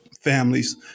families